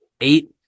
Eight